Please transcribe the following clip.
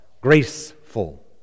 graceful